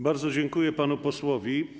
Bardzo dziękuję panu posłowi.